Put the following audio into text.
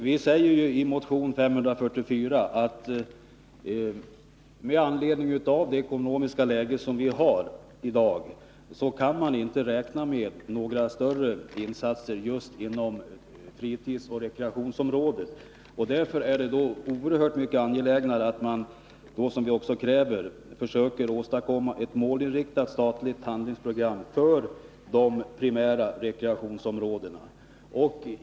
Herr talman! Vi säger i motion 544 att man med anledning av det ekonomiska läge som vi har i dag inte kan räkna med några större insatser just inom fritidsoch rekreationsområdet. Därför är det så mycket mera angeläget — som vi också kräver — att man försöker åstadkomma ett målinriktat statligt handlingsprogram för de primära rekreationsområdena.